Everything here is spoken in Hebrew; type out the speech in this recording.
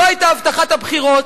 זו היתה הבטחת הבחירות.